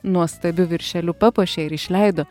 nuostabiu viršeliu papuošė ir išleido